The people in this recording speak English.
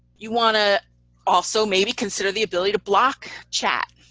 you want to also maybe consider the ability to block chat,